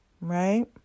right